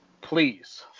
please